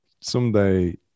someday